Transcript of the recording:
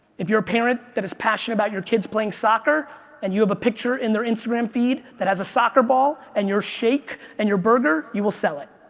if you're a parent that is passionate about your kids playing soccer and you have a picture in their instagram feed that has a soccer ball and your shake and your burger, you will sell it.